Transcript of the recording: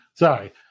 Sorry